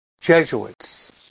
Jesuits